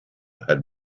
had